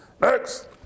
Next